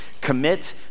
Commit